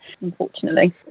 unfortunately